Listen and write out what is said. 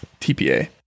tpa